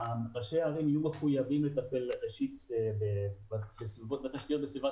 ראשי הערים יהיו מחויבים לטפל בתשתיות בסביבת